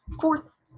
Fourth